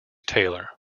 taylor